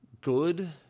good